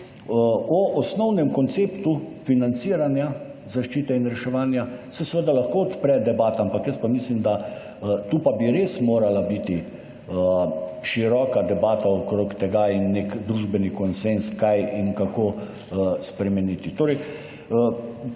O osnovnem konceptu financiranja zaščite in reševanja se seveda lahko odpre debata, ampak jaz pa mislim da, tu pa bi res morala biti široka debata okrog tega in nek družbeni konsenz, kaj in kako spremeniti.